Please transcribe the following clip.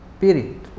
period